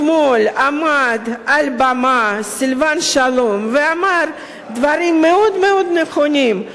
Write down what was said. גם אתמול עמד על הבמה סילבן שלום ואמר דברים מאוד מאוד נכונים.